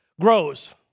grows